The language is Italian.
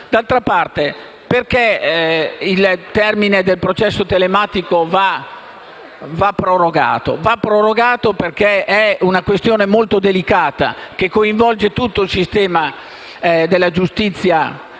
D'altra parte, perché il termine del processo telematico va prorogato? Va prorogato perché è una questione molto delicata, che coinvolge tutto il sistema della giustizia: